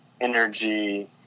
energy